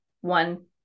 one